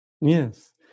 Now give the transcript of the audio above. Yes